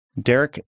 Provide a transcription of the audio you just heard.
Derek